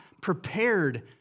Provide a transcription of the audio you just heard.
prepared